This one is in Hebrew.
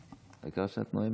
העיקר שאת נואמת.